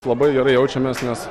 labai gerai jaučiamės nes